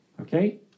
Okay